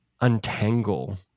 untangle